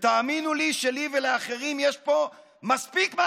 ותאמינו לי שלי ולאחרים יש מספיק מה